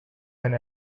and